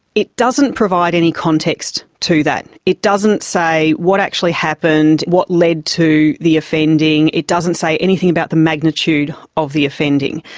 it doesn't provide any context to that. it doesn't say what actually happened, what led to the offending, it doesn't say anything about the magnitude of the offending.